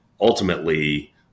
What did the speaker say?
ultimately